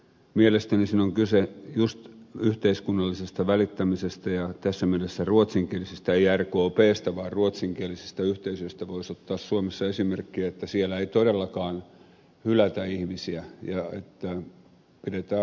mielestäni siinä on kyse juuri yhteiskunnallisesta välittämisestä ja tässä mielessä ruotsinkielisistä ei rkpstä vaan ruotsinkielisistä yhteisöistä voisi ottaa suomessa esimerkkiä että siellä ei todellakaan hylätä ihmisiä ja pidetään huolta